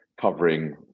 covering